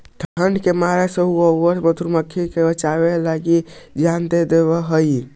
ठंड के मार से उ औउर सब मधुमाखी के बचावे लगी अपना जान दे देवऽ हई